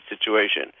situation